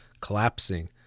collapsing